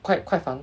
quite quite fun